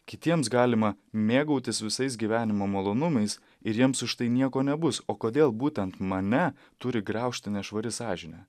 kitiems galima mėgautis visais gyvenimo malonumais ir jiems už tai nieko nebus o kodėl būtent mane turi graužti nešvari sąžinė